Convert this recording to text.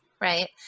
right